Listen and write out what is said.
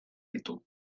ditu